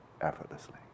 effortlessly